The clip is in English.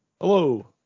Hello